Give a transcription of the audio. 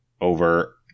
over